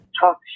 talk